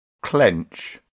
clench